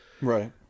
Right